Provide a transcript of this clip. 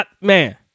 man